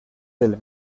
del